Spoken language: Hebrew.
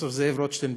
פרופסור זאב רוטשטיין,